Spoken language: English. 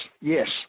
yes